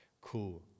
Cool